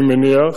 אני מניח,